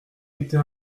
était